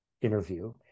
interview